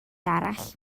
arall